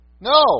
no